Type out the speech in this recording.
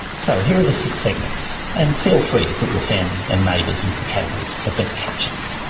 so here are the six segments and feel free to put your family and neighbours into the categories that best capture them.